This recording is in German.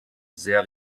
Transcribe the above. sehr